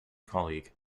colleague